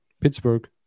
Pittsburgh